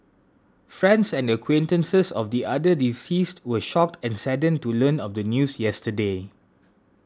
friends and acquaintances of the other deceased were shocked and saddened to learn of the news yesterday